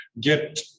get